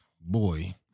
Boy